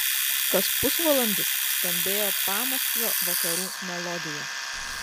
kas pusvalandis skambėjo pamaskvio vakarų melodija